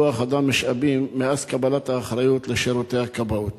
כוח-אדם ומשאבים מאז קיבלת את האחריות לשירותי הכבאות?